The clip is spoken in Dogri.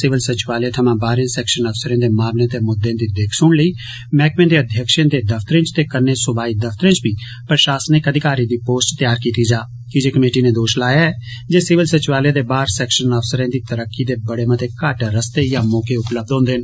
सिविल सचिवालय थमां बाहरें सेक्शन अफसरें दे मामलें दे मुद्दें दी दिक्ख सुन लेई मैहकमें दे अध्यक्षें दे दफतरें च ते कन्ने सुवाई दफतरें च बी प्रशासनिक अधिकारी दी इक पोस्ट तयार कीती जा कीजे कमेटी नै दोष लाया ऐ जे सिविल सचिवालय दे बाहर सेक्शन अफसरें दी तरक्की दे बड़े मते घट्ट रस्ते या मौके उपलब्ध होन्दे न